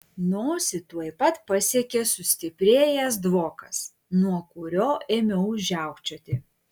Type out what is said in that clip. nosį tuoj pat pasiekė sustiprėjęs dvokas nuo kurio ėmiau žiaukčioti